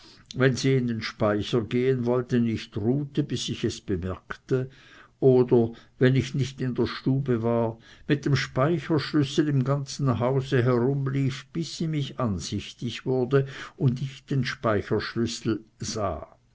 wenn sie in den speicher gehen wollte nicht ruhte bis ich es bemerkte oder wenn ich nicht in der stube war mit dem speicherschlüssel im ganzen hause herumlief bis sie mich ansichtig wurde und ich den speicherschlüssel sah